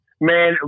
man